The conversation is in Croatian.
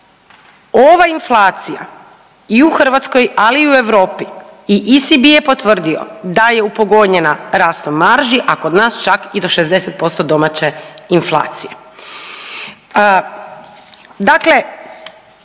ova inflacija i u Hrvatskoj ali i u Europi i ESB je potvrdio da je upogonjena rastom marži, a kod nas čak i 60% domaće inflacije.